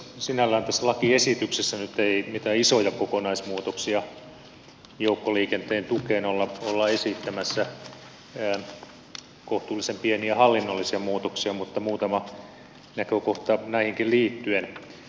sinällään tässä lakiesityksessä nyt ei mitään isoja kokonaismuutoksia joukkoliikenteen tukeen olla esittämässä kohtuullisen pieniä hallinnollisia muutoksia mutta muutama näkökohta näihinkin liittyen